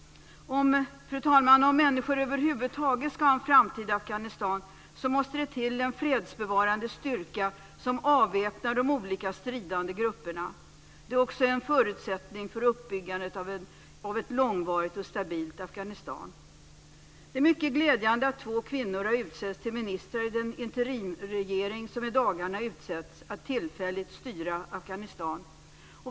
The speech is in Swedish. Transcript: Fru talman! Om människor över huvud taget ska ha en framtid i Afghanistan måste det till en fredsbevarande styrka som avväpnar de olika stridande grupperna. Det är också en förutsättning för uppbyggandet av ett långvarigt och stabilt Afghanistan. Det är mycket glädjande att två kvinnor har utsetts till ministrar i den interimsregering som i dagarna utsetts att tillfälligt styra Afghanistan.